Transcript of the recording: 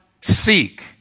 seek